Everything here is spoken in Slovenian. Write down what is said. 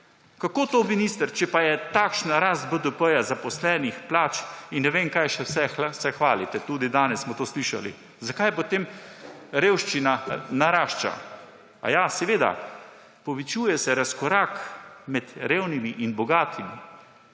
Kako to, minister, če pa je takšna rast BDP, zaposlenih, plač in ne vem, s čim vse se še hvalite, tudi danes smo to slišali? Zakaj potem revščina narašča? Seveda, povečuje se razkorak med revnimi in bogatimi.